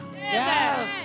yes